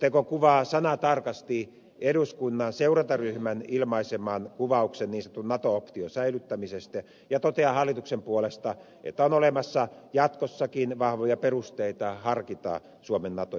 selonteko kuvaa sanatarkasti eduskunnan seurantaryhmän ilmaiseman kuvauksen niin sanotun nato option säilyttämisestä ja toteaa hallituksen puolesta että on olemassa jatkossakin vahvoja perusteita harkita suomen nato jäsenyyttä